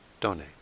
donate